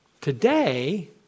Today